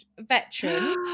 veteran